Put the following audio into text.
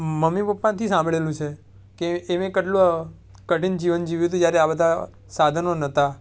mummy પપ્પાથી સાંભળેલું છે કે એમે કેટલું કઠિન જીવન જીવ્યું હતું જ્યારે આ બધા સાધનો નહોતા